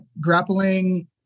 grappling